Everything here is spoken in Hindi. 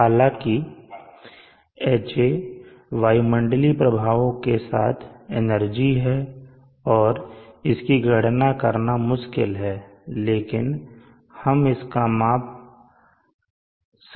हालांकि Ha वायुमंडलीय प्रभावों के साथ एनर्जी है और इसकी गणना करना मुश्किल है लेकिन हम इसका माप सकते हैं